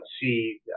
see